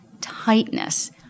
tightness